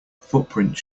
footprints